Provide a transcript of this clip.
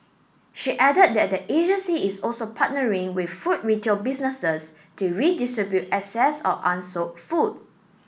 she added that the agency is also partnering with food retail businesses to redistribute excess or unsold food